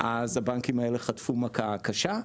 הבנקים האלה חטפו מכה קשה,